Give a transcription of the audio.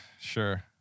sure